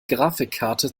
grafikkarte